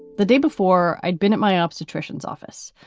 the day before i'd been at my obstetrician's office,